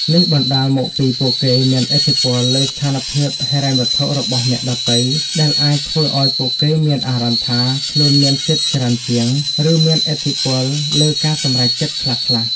នេះបណ្ដាលមកពីពួកគេមានឥទ្ធិពលលើស្ថានភាពហិរញ្ញវត្ថុរបស់អ្នកដទៃ ដែលអាចធ្វើឲ្យពួកគេមានអារម្មណ៍ថាខ្លួនមានសិទ្ធិច្រើនជាង ឬមានឥទ្ធិពលលើការសម្រេចចិត្តខ្លះៗ។